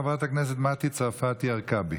חברת הכנסת מטי צרפתי הרכבי.